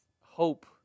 hope